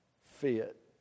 fit